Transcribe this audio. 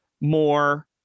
more